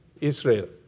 Israel